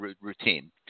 routine